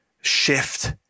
shift